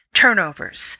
turnovers